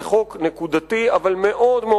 זה חוק נקודתי אבל חשוב,